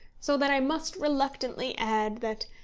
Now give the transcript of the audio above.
so that i must reluctantly add that,